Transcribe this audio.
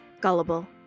gullible